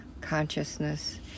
consciousness